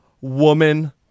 woman